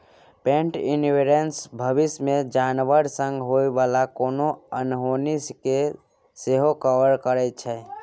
पेट इन्स्योरेन्स भबिस मे जानबर संग होइ बला कोनो अनहोनी केँ सेहो कवर करै छै